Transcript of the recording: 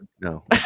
No